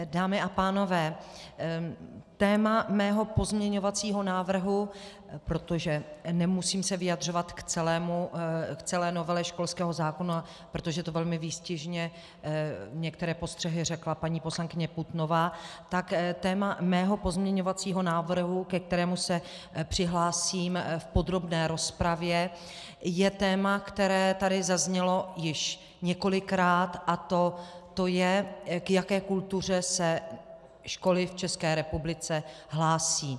Dámy a pánové, téma mého pozměňovacího návrhu protože nemusím se vyjadřovat k celé novele školského zákona, protože velmi výstižně některé postřehy řekla paní poslankyně Putnová, tak téma mého pozměňovacího návrhu, ke kterému se přihlásím v podrobné rozpravě, je téma, které tady zaznělo již několikrát, a to je, k jaké kultuře se školy v České republice hlásí.